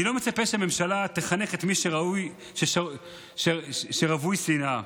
אני לא מצפה שהממשלה תחנך את מי שרווי שנאה,